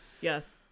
Yes